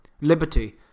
liberty